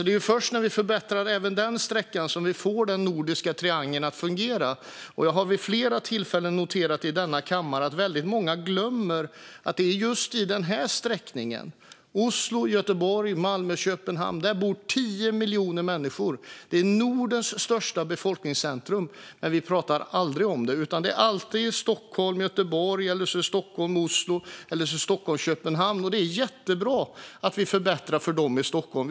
Det är först när vi förbättrar även den sträckan som vi får den nordiska triangeln att fungera. Jag har vid flera tillfällen i denna kammare noterat att många glömmer att det på just den sträckningen, Oslo-Göteborg-Malmö-Köpenhamn, bor 10 miljoner människor. Det är Nordens största befolkningscentrum. Men vi talar aldrig om det. Det är alltid Stockholm-Göteborg, Stockholm-Oslo eller Stockholm-Köpenhamn. Det är jättebra att vi förbättrar för dem som bor i Stockholm.